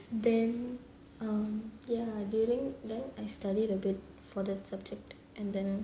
then um ya during that I studied a bit for the subject and then